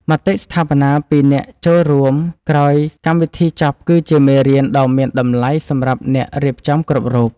មតិស្ថាបនាពីអ្នកចូលរួមក្រោយកម្មវិធីចប់គឺជាមេរៀនដ៏មានតម្លៃសម្រាប់អ្នករៀបចំគ្រប់រូប។